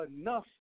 enough